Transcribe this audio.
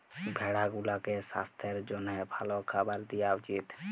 ভেড়া গুলাকে সাস্থের জ্যনহে ভাল খাবার দিঁয়া উচিত